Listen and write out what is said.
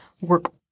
work